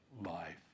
life